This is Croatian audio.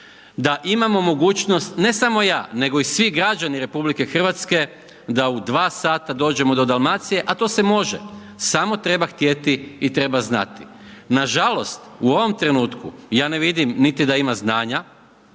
da imamo mogućnost, ne samo ja, nego i svi građani RH, da u 2 sata dođemo do Dalmacije, a to se može, samo treba htjeti i treba znati. Nažalost u ovom trenutku, ja ne vidim, niti da ima znanja,